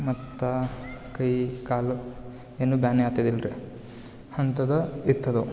ಮತ್ತು ಕೈ ಕಾಲು ಏನು ಬೇನೆ ಆಗ್ತಿದಿಲ್ಲ ರೀ ಅಂಥದು ಇತ್ತದು